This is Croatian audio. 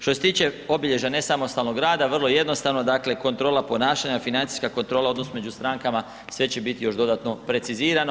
Što se tiče obilježja nesamostalnog rada, vrlo jednostavno, dakle kontrola ponašanja, financijska kontrola, odnos među strankama, sve će biti još dodatno precizirano.